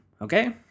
okay